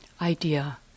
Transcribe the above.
idea